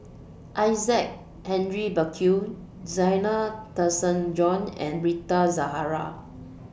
Isaac Henry Burkill Zena Tessensohn and Rita Zahara